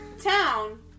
town